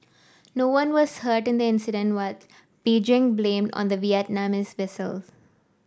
no one was hurt in the incident what Beijing blamed on the Vietnamese vessel